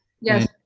Yes